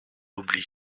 oubli